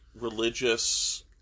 religious